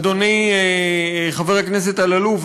אדוני חבר הכנסת אלאלוף,